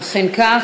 אכן כך.